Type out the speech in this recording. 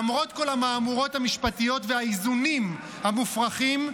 למרות כל המהמורות המשפטיות והאיזונים המופרכים,